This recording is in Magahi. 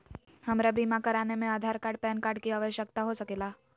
हमरा बीमा कराने में आधार कार्ड पैन कार्ड की आवश्यकता हो सके ला?